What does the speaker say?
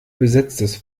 besetztes